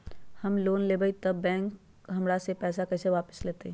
हम लोन लेलेबाई तब बैंक हमरा से पैसा कइसे वापिस लेतई?